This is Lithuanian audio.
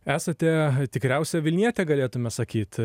esate tikriausia vilnietė galėtume sakyt